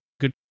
good